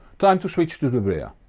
time to switch to the rear.